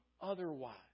otherwise